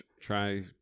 try